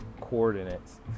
coordinates